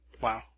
Wow